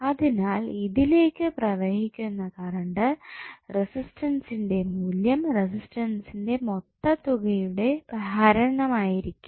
അതിനാൽ ഇതിലേക്ക് പ്രവഹിക്കുന്ന കറണ്ട് റെസിസ്റ്റൻസിന്റെ മൂല്യം റെസിസ്റ്റൻസിന്റെ മൊത്തതുകയുടെ ഹരണമായിരിക്കും